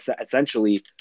essentially